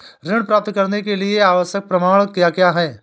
ऋण प्राप्त करने के लिए आवश्यक प्रमाण क्या क्या हैं?